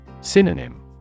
Synonym